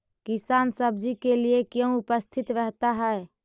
किसान सब्जी के लिए क्यों उपस्थित रहता है?